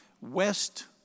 West